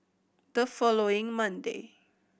the following Monday